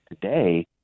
today